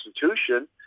Constitution